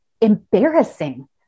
embarrassing